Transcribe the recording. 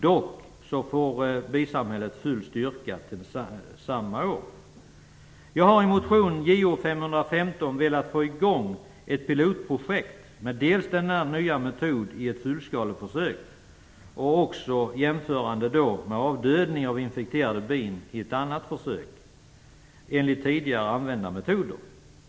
Dock får bisamhället full styrka samma år. Jag har i motion Jo515 velat få i gång ett pilotprojekt med denna nya metod i ett fullskaleförsök med en jämförelse av avdödade bin i ett annat försök enligt tidigare använda metoder.